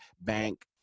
Bank